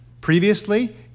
Previously